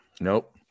Nope